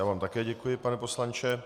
Já vám také děkuji, pane poslanče.